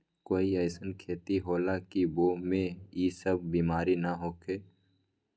कोई अईसन खेती होला की वो में ई सब बीमारी न होखे?